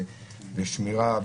ושמירה,